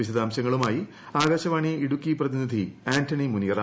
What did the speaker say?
വിശദാംശങ്ങളുമായി ആകാശവാണി ഇടുക്കി പ്രതിനിധി ആന്റണി മുനിയറ